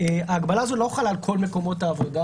ההגבלה הזו לא חלה על כל מקומות העבודה